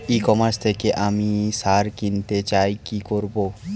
ই commerce থেকে আমি সার কিনতে চাই কি করব?